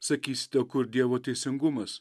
sakysite o kur dievo teisingumas